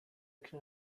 can